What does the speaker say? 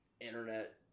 internet